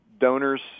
Donors